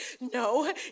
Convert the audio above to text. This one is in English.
no